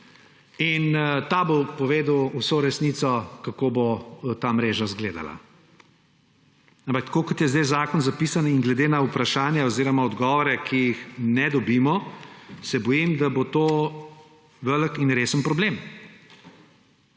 in ta bo povedal vso resnico, kako bo ta mreža izgledala. Ampak tako kot je sedaj zakon zapisan in glede na odgovore, ki jih ne dobimo, se bojim, da bo to velik in resen problem.